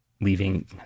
leaving